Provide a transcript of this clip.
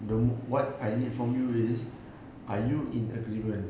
the what I need from you is are you in agreement